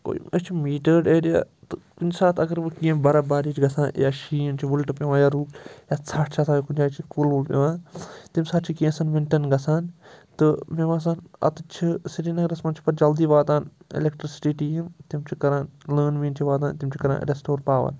گوٚو اسہِ چھُ میٖٹٲرڈ ایریا تہٕ کُنہِ ساتہٕ اگر وۄنۍ کیٚنٛہہ بَرف بارش گژھان یا شیٖن چھُ وُلٹہٕ پیٚوان یا روٗد یا ژھَٹھ چھِ آسان یا کُنہِ جایہِ چھُ کُل وُل پیٚوان تَمہِ ساتہٕ چھُ کینٛژھَن مِنٹَن گَژھان تہٕ مےٚ باسان اَتیٚتھ چھِ سرینَگرَس منٛز چھِ پَتہٕ جلدی واتان الیٚکٹٕرٛسِٹی ٹیٖم تِم چھِ کَران لٲن مین چھِ واتان تِم چھِ کَران ریٚسٹور پاوَر